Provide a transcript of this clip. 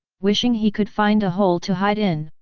wishing he could find a hole to hide in.